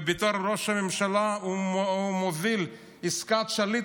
ובתור ראש הממשלה הוא מוביל את עסקת שליט,